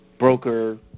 Broker